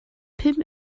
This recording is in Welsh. pum